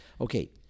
Okay